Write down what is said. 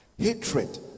Hatred